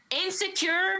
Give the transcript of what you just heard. Insecure